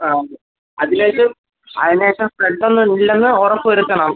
ആ ഓക്കെ അതിന് ശേഷം അതിന് ശേഷം സ്പ്രെഡൊന്നും ഇല്ലെന്ന് ഉറപ്പ് വരുത്തണം